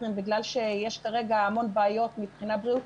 ככל שנוכל למטרות נוספות הרי ניעזר